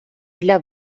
для